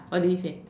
what do we say